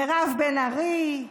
מירב בן ארי,